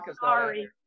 Sorry